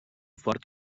fort